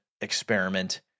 experiment